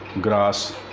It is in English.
grass